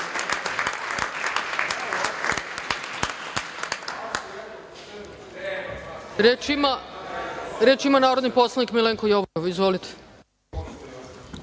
Reč ima narodni poslanik Milenko Jovanov. Izvolite.